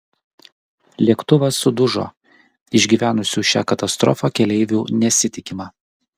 lėktuvas sudužo išgyvenusių šią katastrofą keleivių nesitikima